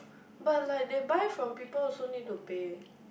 but like they buy from people also need to pay